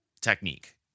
technique